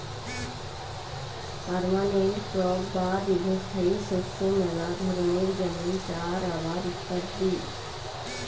permanent crop বা দীর্ঘস্থায়ী শস্য মেলা ধরণের যেমন চা, রাবার ইত্যাদি